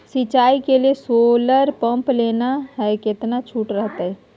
सिंचाई के लिए सोलर पंप लेना है कितना छुट रहतैय?